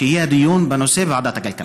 שיהיה דיון בנושא בוועדת הכלכלה.